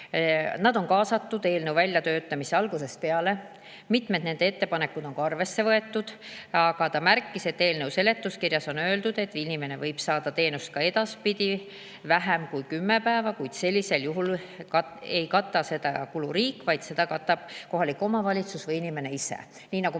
on olnud kaasatud eelnõu väljatöötamisse algusest peale. Mitmed nende ettepanekud on ka arvesse võetud, aga ta märkis, et eelnõu seletuskirjas on öeldud, et inimene võib saada teenust ka edaspidi vähem kui kümme päeva, kuid sellisel juhul ei kata seda kulu riik, vaid selle katab kohalik omavalitsus või inimene ise. Nii nagu ma